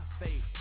faith